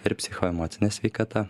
ir psichoemocinė sveikata